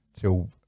till